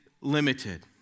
limited